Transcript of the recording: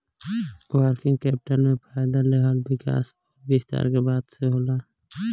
working capital में फ़ायदा लेहल विकास अउर विस्तार के बात होला